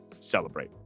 celebrate